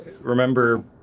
remember